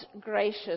gracious